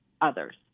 others